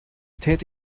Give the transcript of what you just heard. täte